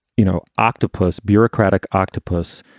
you know, octopus, bureaucratic octopus,